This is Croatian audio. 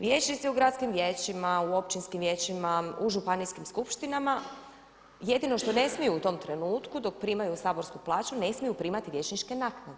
Vijećnici u gradskim vijećima, u općinskim vijećima, u županijskim skupštinama jedino što ne smiju u tom trenutku dok primaju saborsku plaću ne smiju primati vijećničke naknade.